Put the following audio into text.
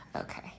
Okay